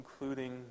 including